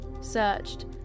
searched